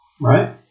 Right